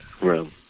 room